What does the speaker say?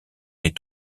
des